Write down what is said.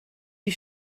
die